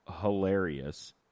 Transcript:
hilarious